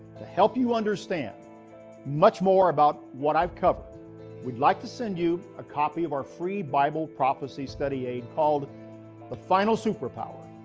to help you understand much more about what i have covered, we would like to send you a copy of our free bible prophecy study aid called the final superpower.